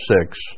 six